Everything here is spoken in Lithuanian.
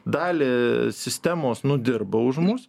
dalį sistemos nudirba už mus